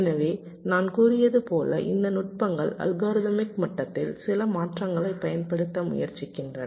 எனவே நான் கூறியது போல இந்த நுட்பங்கள் அல்காரிதமிக் மட்டத்தில் சில மாற்றங்களை பயன்படுத்த முயற்சிக்கின்றன